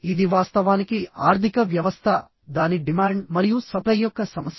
ఇది వాస్తవానికి ఆర్థిక వ్యవస్థ దాని డిమాండ్ మరియు సప్లై యొక్క సమస్య